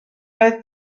oedd